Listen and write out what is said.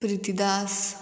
Pritidas